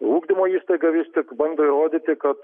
ugdymo įstaiga vis tik bando įrodyti kad